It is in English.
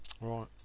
right